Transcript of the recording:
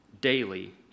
daily